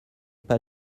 pas